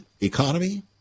economy